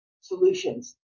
solutions